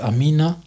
Amina